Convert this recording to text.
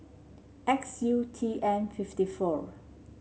X U T M fifty four